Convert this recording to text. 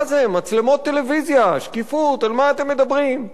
מצלמות טלוויזיה, שקיפות, על מה אתם מדברים?